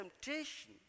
temptation